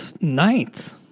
ninth